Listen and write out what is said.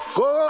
go